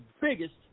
biggest